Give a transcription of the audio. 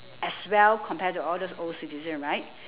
as well compared to all those old citizens right